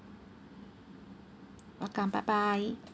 welcome bye bye